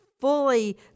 fully